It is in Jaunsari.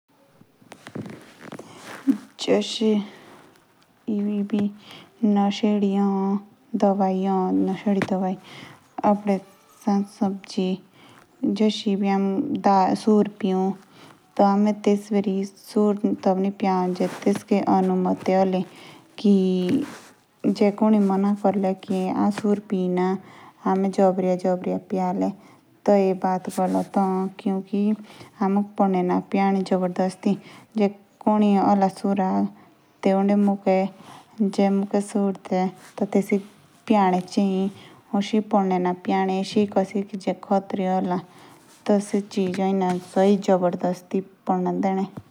जो एतो ए सेओ बी बहुते पारकर के ए। कुन्जो टी ए मोटो गिहु को या कुन्जो ए बारिक सबसे आगे हमें तेतुके तामिये दो राखनो ते तेंदो पानी परनो कोशिश ए जे मरने की आटो काटो जाओ।